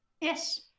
Yes